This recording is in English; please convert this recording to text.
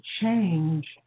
change